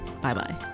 bye-bye